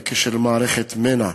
בקשר למערכת מנ"ע,